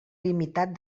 limitat